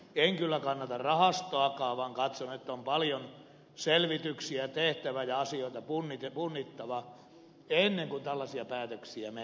en kyllä kannata rahastoakaan vaan katson että on paljon selvityksiä tehtävä ja asioita punnittava ennen kuin tällaisia päätöksiä mennään tekemään